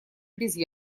без